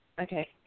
okay